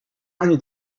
ani